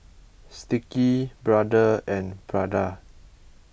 Sticky Brother and Prada